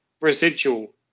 residual